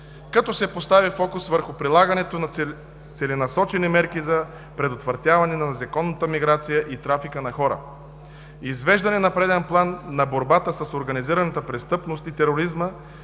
като се постави фокус върху прилагането на целенасочени мерки за предотвратяване на незаконната миграция и трафика на хора; - извеждане на преден план на борбата с организираната престъпност и тероризма